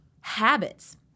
habits